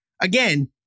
again